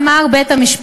כך אמר בית-המשפט.